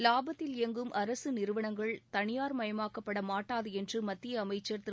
லாபத்தில் இயங்கும் அரசு நிறுவனங்கள் தனியார்மயமாக்கப்பட மாட்டாது என்று மத்திய அமைச்சர் திரு